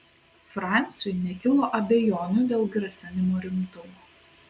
franciui nekilo abejonių dėl grasinimo rimtumo